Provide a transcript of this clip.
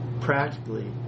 Practically